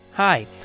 Hi